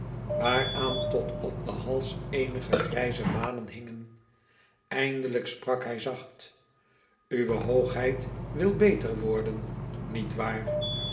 waaraan tot op den hals eenige grijze manen hingen eindelijk sprak hij zacht uwe hoogheid wil beter worden nietwaar ja